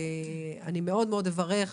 ואני מאוד מאוד אברך,